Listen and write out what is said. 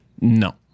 no